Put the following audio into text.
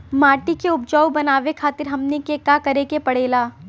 माटी के उपजाऊ बनावे खातिर हमनी के का करें के पढ़ेला?